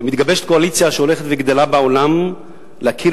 ומתגבשת קואליציה הולכת וגדלה בעולם להכיר